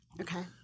Okay